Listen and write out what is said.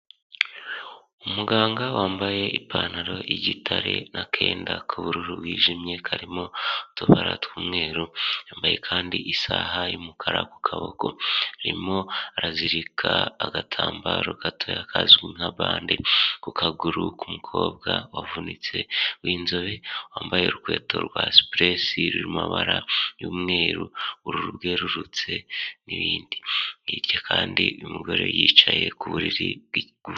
Umuganga wambaye ipantaro y'igitare n'akenda k'ubururu bwijimye karimo utubara tw'umweru, yambaye kandi isaha y'umukara ku kaboko, arimo arazirika agatambaro gatoya kazwi nka bande ku kaguru k'umukobwa wavunitse w'inzobe, wambaye urukweto rwa supuresi ruri mu mabara y'umweru, ubururu bwerurutse n'ibindi. Hirya kandi y'umugore wicaye ku buriri bw...